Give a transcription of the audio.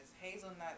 hazelnut